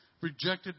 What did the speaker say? Rejected